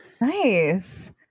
nice